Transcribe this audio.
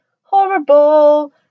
horrible